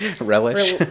Relish